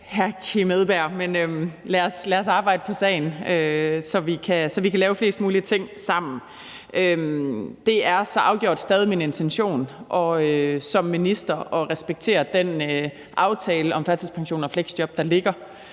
Andersen. Men lad os arbejde på sagen, så vi kan lave flest mulige ting sammen. Det er så afgjort stadig min intention som minister at respektere den aftale om førtidspension og fleksjob, der ligger.